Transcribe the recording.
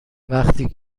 وقتی